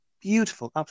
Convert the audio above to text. beautiful